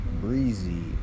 breezy